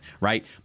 right